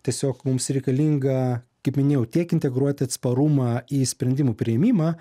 tiesiog mums reikalinga kaip minėjau tiek integruoti atsparumą į sprendimų priėmimą